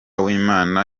w’inama